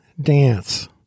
dance